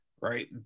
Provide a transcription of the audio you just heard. Right